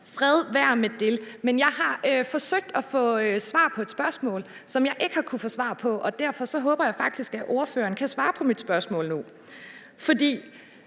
fred være med det. Jeg har forsøgt at få svar på et spørgsmål, som jeg ikke har kunnet få svar på, og derfor håber jeg faktisk, at ordføreren kan svare på mit spørgsmål nu. Når